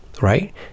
right